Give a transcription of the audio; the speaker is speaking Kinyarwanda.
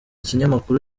kinyamakuru